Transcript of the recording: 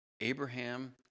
Abraham